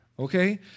Okay